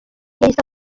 yahise